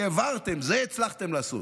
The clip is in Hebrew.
העברתם, את זה הצלחתם לעשות,